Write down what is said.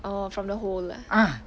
orh from the hole ah